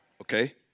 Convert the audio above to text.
Okay